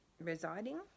residing